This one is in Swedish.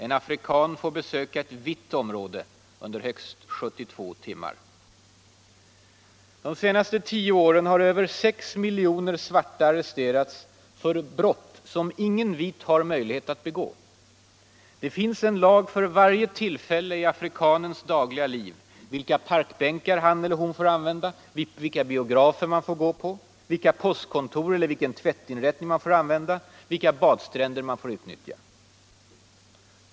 En afrikan får besöka ett ”vitt” område under högst 72 timmar. De senaste tio åren har över 6 miljoner svarta arresterats för ”brott” som ingen vit har möjlighet att begå. Det finns en lag för varje tillfälle i afrikanens dagliga liv, vilka parkbänkar han eller hon får använda, vilka biografer han får gå på, vilka postkontor eller vilken tvättinrättning han får använda, vilka badstränder han får utnyttja.